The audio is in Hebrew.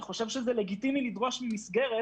אני חושב שזה לגיטימי לדרוש ממסגרת